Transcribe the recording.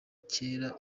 kera